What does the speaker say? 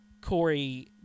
Corey